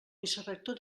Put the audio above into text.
vicerector